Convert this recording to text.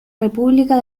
república